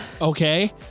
Okay